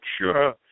sure